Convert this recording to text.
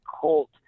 cult